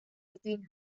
between